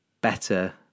better